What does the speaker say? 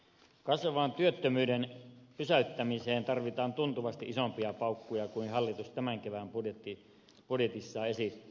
kasvavan työttömyyden pysäyttämiseen tarvitaan tuntuvasti isompia paukkuja kuin hallitus tämän kevään budjetissaan esittää